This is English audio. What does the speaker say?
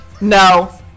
No